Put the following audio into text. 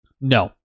No